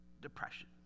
depression